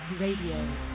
Radio